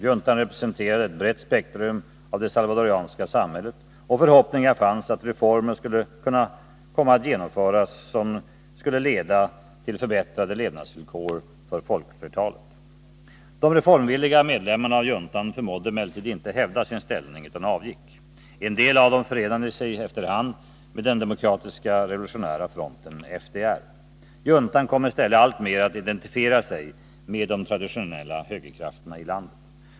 Juntan representerade ett brett spektrum av det salvadorianska samhället, och förhoppningar fanns att reformer skulle kunna genomföras som kunde leda till förbättrade levnadsvillkor för folkflertalet. De reformvilliga medlemmarna av juntan förmådde emellertid inte hävda sin ställning utan avgick. En del av dem förenade sig efter hand med den demokratiska revolutionära fronten, FDR. Juntan kom i stället alltmer att identifiera sig med de traditionella högerkrafterna i landet.